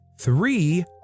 three